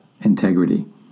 integrity